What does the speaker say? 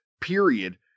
period